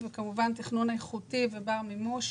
תכנון איכותי ובר-מימוש